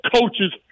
coaches